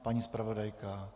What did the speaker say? Paní zpravodajka?